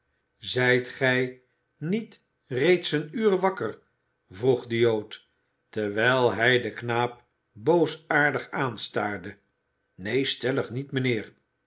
zijt gij niet reeds een uur wakker vroeg de jood terwijl hij den knaap boosaardig aanstaarde neen stellig niet mijnheer